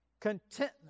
contentment